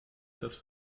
das